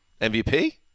MVP